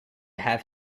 have